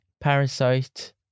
Parasite